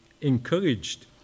encouraged